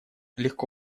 легко